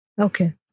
Okay